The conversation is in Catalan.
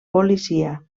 policia